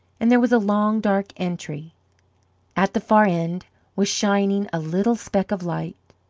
and there was a long dark entry at the far end was shining a little speck of light.